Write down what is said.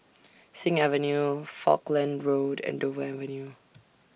Sing Avenue Falkland Road and Dover Avenue